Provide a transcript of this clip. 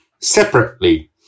separately